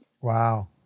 Wow